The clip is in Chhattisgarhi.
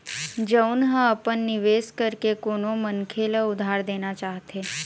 जउन ह अपन निवेश करके कोनो मनखे ल उधार देना चाहथे